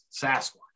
sasquatch